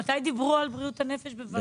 מתי דיברו על בריאות הנפש בוועדות?